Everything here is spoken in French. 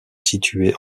situées